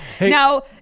now